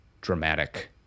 dramatic